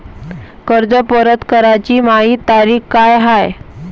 कर्ज परत कराची मायी तारीख का हाय?